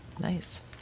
Nice